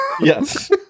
Yes